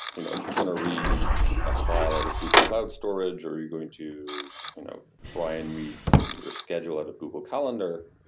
you know if you're going to read a file out of google cloud storage or you're going to you know try and read your schedule out of google calendar,